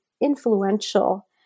influential